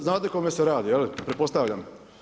Znate o kome se radi je li pretpostavljam?